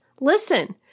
listen